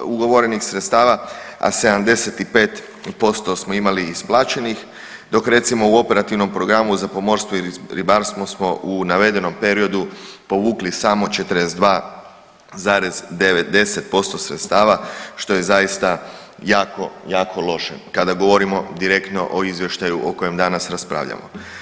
ugovorenih sredstava, a 75% smo imali isplaćenih, dok recimo u operativnom programu za pomorstvo i ribarstvo smo u navedenom periodu povukli samo 42,90% sredstva što je zaista jako jako loše kada govorimo direktno o izvještaju o kojem danas raspravljamo.